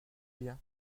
bien